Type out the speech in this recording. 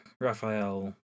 Raphael